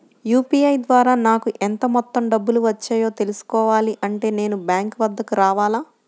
UPI ద్వారా నాకు ఎంత మొత్తం డబ్బులు వచ్చాయో తెలుసుకోవాలి అంటే నేను బ్యాంక్ వద్దకు రావాలా?